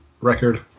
record